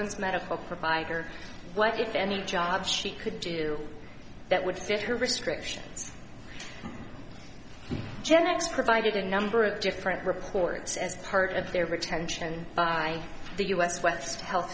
orleans medical provider what if any job she could do that would fit her restrictions genex provided a number of different reports as part of their retention by the u s west health